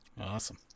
Awesome